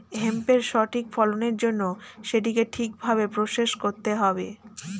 হেম্পের সঠিক ফলনের জন্য সেটিকে ঠিক ভাবে প্রসেস করতে হবে